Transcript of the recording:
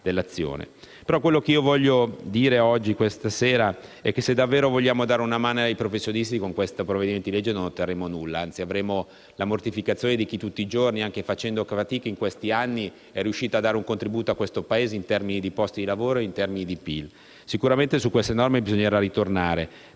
di azione. Vorrei tuttavia dire che, se davvero vogliamo dare una mano ai professionisti, con il provvedimento in esame non otterremo nulla, anzi avremo la mortificazione di chi tutti giorni, anche facendo fatica in questi anni, è riuscito a dare un contributo a questo Paese in termini di posti di lavoro e di PIL. Sicuramente su queste norme bisognerà ritornare,